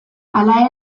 hala